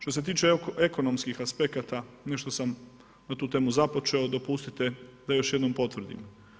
Što se tiče ekonomskih aspekata, nešto sam na tu temu započeo, dopustite da još jednom potvrdim.